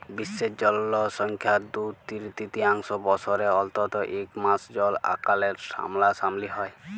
বিশ্বের জলসংখ্যার দু তিরতীয়াংশ বসরে অল্তত ইক মাস জল আকালের সামলাসামলি হ্যয়